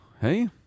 hey